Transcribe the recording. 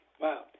Wow